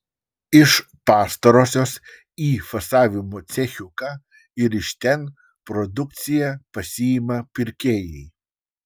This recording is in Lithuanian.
iš pastarosios į fasavimo cechiuką ir iš ten produkciją pasiima pirkėjai